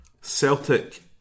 Celtic